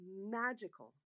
magical